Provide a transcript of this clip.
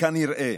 כנראה